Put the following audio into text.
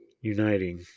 uniting